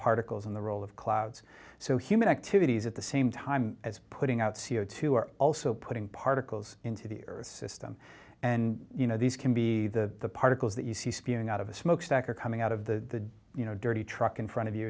particles in the role of clouds so human activities at the same time as putting out c o two are also putting particles into the earth's system and you know these can be the particles that you see spewing out of a smokestack or coming out of the you know dirty truck in front of you